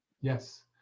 Yes